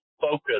focus